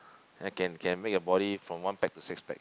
can can make your body from one pack to six packs